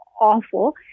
awful